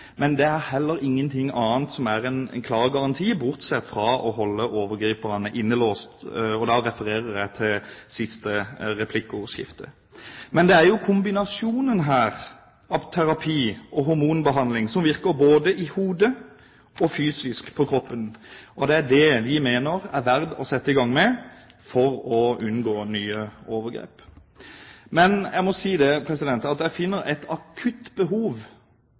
men det er heller ingenting annet som er en klar garanti, bortsett fra å holde overgriperne innelåst. Og da refererer jeg til siste replikkordskifte. Det er kombinasjonen av terapi og hormonbehandling, som virker både i hodet og fysisk, på kroppen, vi mener det er verdt å sette i gang med for å unngå nye overgrep. Jeg må si at det er et akutt behov